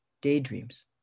daydreams